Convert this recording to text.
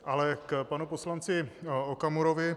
Ale k panu poslanci Okamurovi.